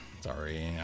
Sorry